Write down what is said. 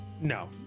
no